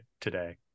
today